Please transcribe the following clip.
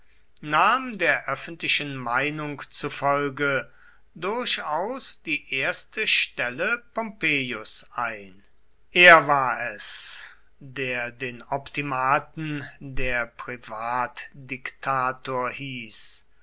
nahm der öffentlichen meinung zufolge durchaus die erste stelle pompeius ein er war es der den optimaten der privatdiktator hieß